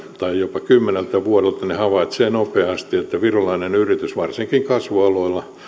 tai jopa kymmeneltä vuodelta havaitsee nopeasti että virolainen yritys varsinkin kasvualoilla